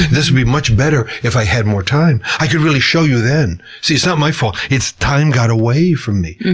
this would be much better if i had more time. i could really show you then. see, it's not my fault. it's that time got away from me.